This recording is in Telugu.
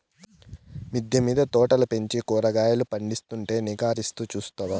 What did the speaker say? మిద్దె మింద తోటలు పెంచి కూరగాయలు పందిస్తుంటే నిరాకరిస్తూ చూస్తావా